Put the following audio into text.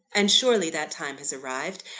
and surely that time has arrived.